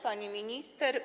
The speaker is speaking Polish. Pani Minister!